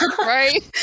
right